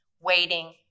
waiting